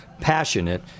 passionate